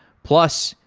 plus,